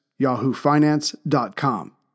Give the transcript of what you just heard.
yahoofinance.com